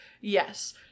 Yes